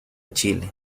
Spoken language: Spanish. chile